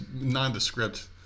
nondescript